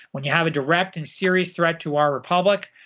when you have a direct and serious threat to our republic,